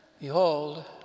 Behold